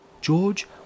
George